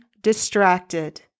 distracted